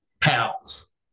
pounds